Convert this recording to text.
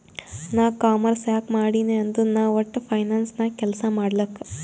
ನಾ ಕಾಮರ್ಸ್ ಯಾಕ್ ಮಾಡಿನೀ ಅಂದುರ್ ನಾ ವಟ್ಟ ಫೈನಾನ್ಸ್ ನಾಗ್ ಕೆಲ್ಸಾ ಮಾಡ್ಲಕ್